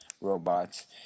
robots